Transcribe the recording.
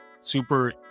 super